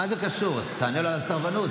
מה זה קשור, כשאתה עונה לו, לסרבנות?